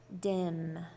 dim